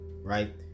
right